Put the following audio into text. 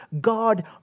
God